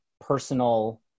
personal